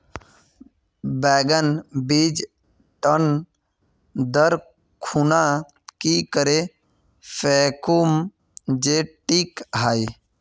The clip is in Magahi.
बैगन बीज टन दर खुना की करे फेकुम जे टिक हाई?